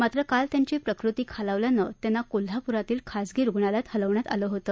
मात्र काल त्यांची प्रकृती खालावल्यानं त्यांना कोल्हापुरातील खासगी रुग्णालयात हलवण्यात आले होते